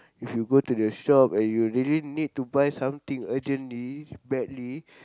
if you go to the shop and you really need to buy something urgently badly